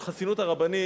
של חסינות הרבנים,